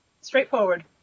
straightforward